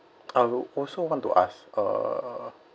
I would also want to ask uh